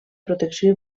protecció